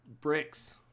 bricks